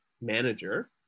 manager